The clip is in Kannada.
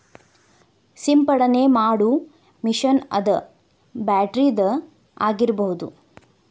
ಸಿಂಪಡನೆ ಮಾಡು ಮಿಷನ್ ಅದ ಬ್ಯಾಟರಿದ ಆಗಿರಬಹುದ